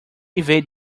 evade